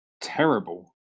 terrible